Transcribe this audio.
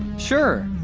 sure.